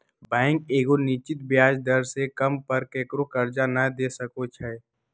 bank एगो निश्चित ब्याज दर से कम पर केकरो करजा न दे सकै छइ